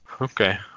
Okay